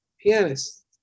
pianist